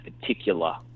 particular